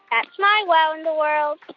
that's my wow in the world.